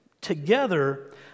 Together